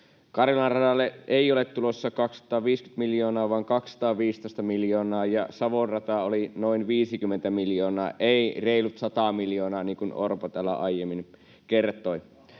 Karjalan radalle ei ole tulossa 250:tä miljoonaa vaan 215 miljoonaa, ja Savon rata oli noin 50 miljoonaa, ei reilut 100 miljoonaa, niin kuin Orpo täällä aiemmin kertoi.